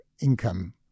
income